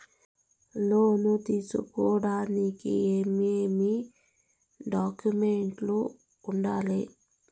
లోను తీసుకోడానికి ఏమేమి డాక్యుమెంట్లు ఉండాలి